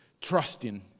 trusting